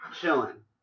chilling